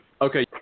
Okay